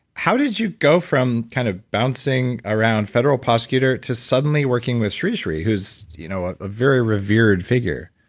how did you go from kind of bouncing around federal prosecutor to suddenly working with sri sri who's you know ah ah very revered figure?